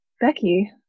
Becky